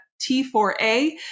T4A